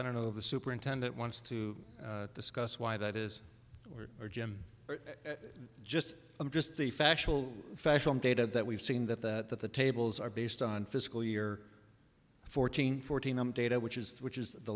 i don't know the superintendent wants to discuss why that is or jim just i'm just the factual factual data that we've seen that that the tables are based on fiscal year fourteen fourteen on data which is which is the